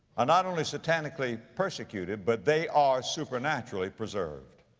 are not only satanically persecuted but they are supernaturally preserved.